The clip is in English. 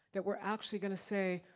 that we're actually gonna say,